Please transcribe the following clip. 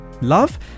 love